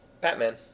Batman